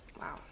Wow